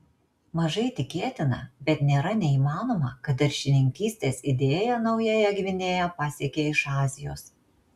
mažai tikėtina bet nėra neįmanoma kad daržininkystės idėja naująją gvinėją pasiekė iš azijos